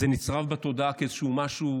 זה נצרב בתודעה כאיזשהו משהו,